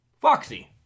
Foxy